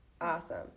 Awesome